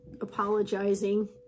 apologizing